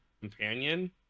companion